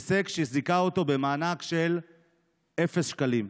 הישג שזיכה אותו במענק של אפס שקלים.